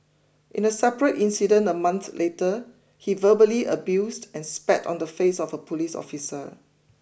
in a separate incident a month later he verbally abused and spat on the face of a police officer